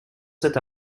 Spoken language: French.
cet